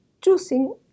choosing